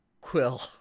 Quill